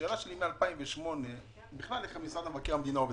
השאלה שלי היא איך משרד מבקר המדינה עובד.